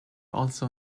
also